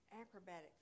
acrobatic